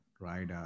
Right